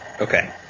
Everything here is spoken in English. Okay